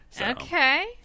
okay